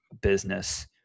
business